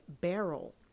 barrel